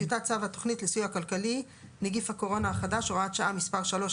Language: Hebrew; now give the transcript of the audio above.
"טיוטת צו התכנית לסיוע כלכלי (נגיף קורונה החדש) (הוראת שעה) (מס' 3),